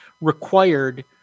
required